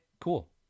Cool